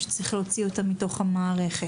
שצריך להוציא אותם מתוך המערכת.